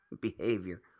behavior